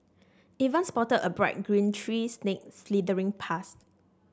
even spotted a bright green tree snake slithering past